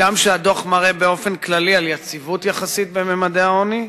הגם שהדוח מראה באופן כללי יציבות יחסית בממדי העוני,